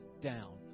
down